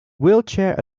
wheelchair